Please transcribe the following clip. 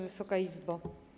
Wysoka Izbo!